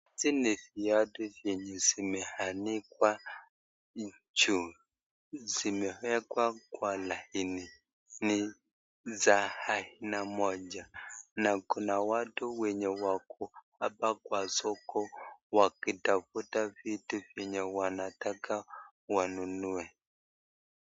Hizi ni viatu zenye zimeanikwa juu, zimewekwa kwa laini, ni za aina moja, na kuna watu wenye wako hapa kwa soko wakitafuta vitu vyenye wanataka wanunue.